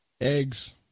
Eggs